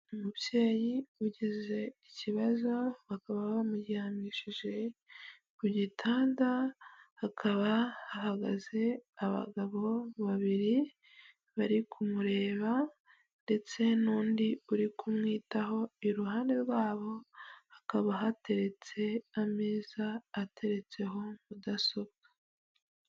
Umubyeyi ugize ikibazo bakaba bamuryamishije ku gitanda, hakaba hagaze abagabo babiri bari kumureba, ndetse n'undi uri kumwitaho iruhande rwabo hakaba hateretse ameza ateretseho mudasobwa.